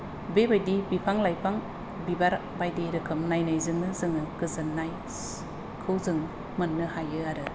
बेबायदि बिफां लाइफां बिबार बायदि रोखोम नायनायजोंनो जोङो गोजोननायखौ जों मोननो हायो आरो